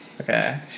Okay